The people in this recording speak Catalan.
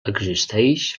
existeix